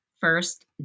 first